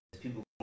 people